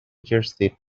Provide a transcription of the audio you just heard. jersey